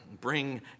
Bring